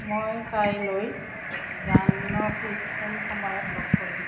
মই কাইলৈ জানকীক কোন সময়ত লগ কৰিম